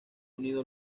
unido